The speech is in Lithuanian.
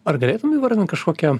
ar galėtum įvardint kažkokią